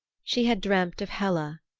she had dreamt of hela,